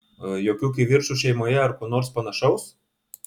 jokių kivirčų šeimoje ar ko nors panašaus